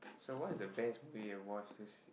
so what's the best movie you've watched this